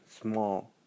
small